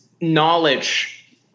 knowledge